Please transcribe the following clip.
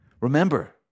Remember